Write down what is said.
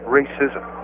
racism